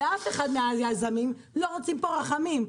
ואף אחד מהיזמים לא רוצה פה רחמים.